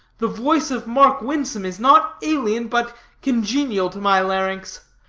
the voice of mark winsome is not alien but congenial to my larynx.